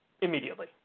immediately